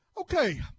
okay